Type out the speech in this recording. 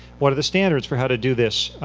what are the standards for how to do this?